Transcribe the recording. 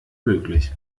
möglich